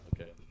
Okay